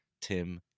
Tim